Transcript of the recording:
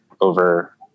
over